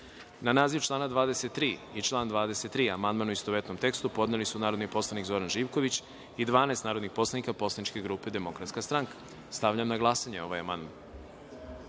naziv člana 23. i član 23. amandman, u istovetnom tekstu, podneli su narodni poslanik Zoran Živković i 12 narodnih poslanika poslaničke grupe DS.Stavljam na glasanje ovaj